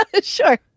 sure